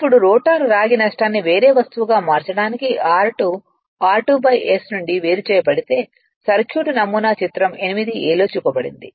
ఇప్పుడు రోటర్ రాగి నష్టాన్ని వేరే వస్తువుగా మార్చడానికి r2 'r2' s నుండి వేరు చేయబడితే సర్క్యూట్ నమూనా చిత్రం 8 a లో చూపబడింది